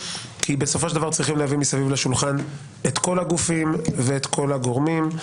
בסופו של דבר צריכים להביא מסביב לשולחן את כל הגופים ואת כל הגורמים.